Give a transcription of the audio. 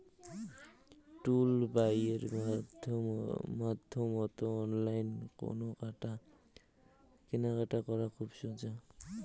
টুলবাইয়ের মাধ্যমত অনলাইন কেনাকাটা করা খুব সোজা